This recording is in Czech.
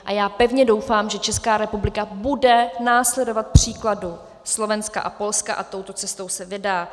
A já pevně doufám, že Česká republika bude následovat příkladu Slovenska a Polska a touto cestou se vydá.